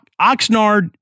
Oxnard